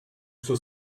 suo